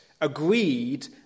agreed